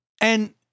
And-